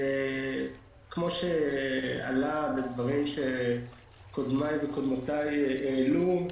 כפי שעלה בדברים שקודמיי וקודמותיי העלו,